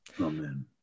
Amen